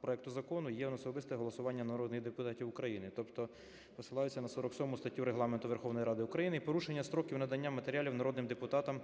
проекту закону є неособисте голосування народних депутатів України, тобто посилаються на 47 статтю Регламенту Верховної Ради України, і порушення строків надання матеріалів народним депутатам